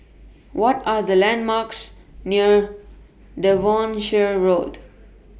What Are The landmarks near Devonshire Road